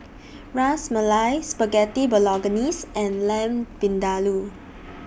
Ras Malai Spaghetti Bolognese and Lamb Vindaloo